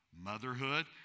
motherhood